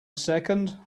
second